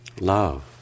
love